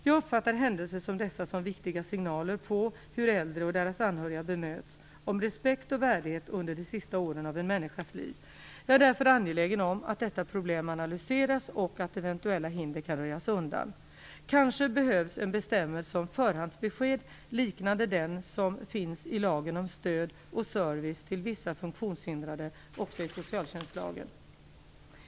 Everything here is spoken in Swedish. Jag uppfattar händelser som dessa som viktiga signaler på hur äldre och deras anhöriga bemöts, om respekt och värdighet under de sista åren av en människas liv. Jag är därför angelägen om att detta problem analyseras och att eventuella hinder kan röjas undan. Kanske behövs en bestämmelse om förhandsbesked, liknande den som finns i lagen om stöd och service till vissa funktionshindrade, också i socialtjänstlagen.